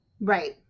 right